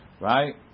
Right